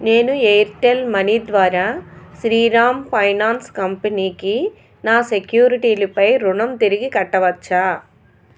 నేను Airtel money ద్వారా Shriram finance కంపెనీకి నా సెక్యూరిటీలపై రుణం తిరిగి కట్టవచ్చా